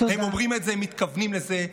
הם אומרים את זה, הם מתכוונים לזה.